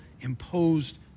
imposed